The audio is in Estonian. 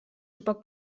juba